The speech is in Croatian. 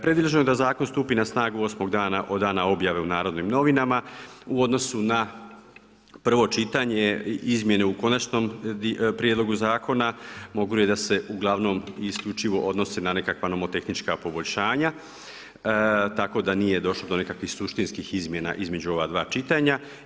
Predviđeno je da zakon stupi na snagu 8 dana od dana objave u Narodne novinama u odnosu na prvo čitanje izmjene u Konačnom prijedlogu zakona mogu reći da se uglavnom isključivo odnosi na nekakva nomotehnička poboljšanja tako da nije došlo do nekakvih suštinskih izmjena između ova dva čitanja.